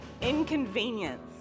inconvenience